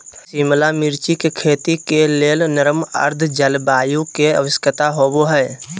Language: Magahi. शिमला मिर्च के खेती के लेल नर्म आद्र जलवायु के आवश्यकता होव हई